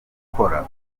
gukora